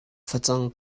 facang